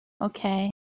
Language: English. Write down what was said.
okay